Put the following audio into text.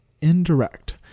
indirect